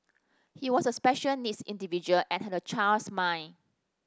he was a special needs individual and had a child's mind